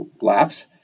laps